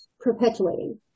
perpetuating